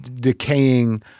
decaying